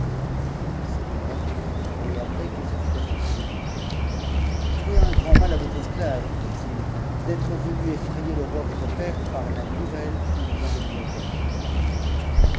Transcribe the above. il le salua et après qu'il se fut assis près de lui je veux un gr u l mal à votre esclave lui dit-il d'être venu effrayer le roi voite père la nouvelle qu'il vient de lui apporter